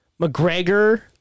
McGregor